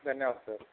धन्यवाद सर